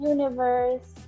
Universe